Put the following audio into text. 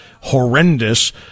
horrendous